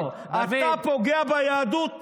לא, אתה פוגע ביהדות גופה,